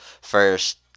first